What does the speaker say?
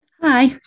Hi